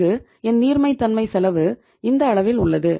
இங்கு என் நீர்மைத்தன்மை செலவு இந்த அளவில் உள்ளது